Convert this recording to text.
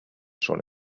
schon